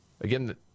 Again